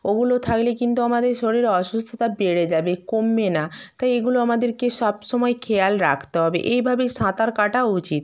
ওগুলো থাকলে কিন্তু আমাদের শরীরে অসুস্থতা বেড়ে যাবে কমবে না তাই এগুলো আমাদেরকে সবসময় খেয়াল রাখতে হবে এইভাবেই সাঁতার কাটা উচিত